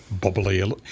bubbly